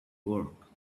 work